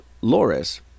Loris